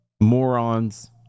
morons